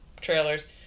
trailers